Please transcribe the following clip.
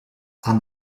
aan